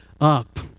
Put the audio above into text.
up